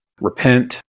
repent